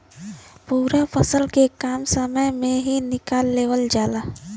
पूरा फसल के कम समय में ही निकाल लेवल जाला